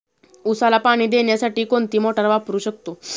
उसाला पाणी देण्यासाठी कोणती मोटार वापरू शकतो?